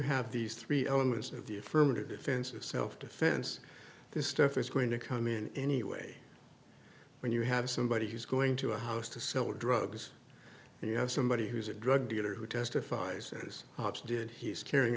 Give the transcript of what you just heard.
have these three elements of the affirmative defense of self defense this stuff is going to come in anyway when you have somebody who's going to a house to sell drugs and you have somebody who's a drug dealer who testifies is did he's carrying